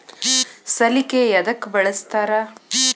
ಸಲಿಕೆ ಯದಕ್ ಬಳಸ್ತಾರ?